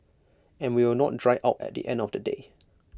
and we will not dry out at the end of the day